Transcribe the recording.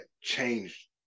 changed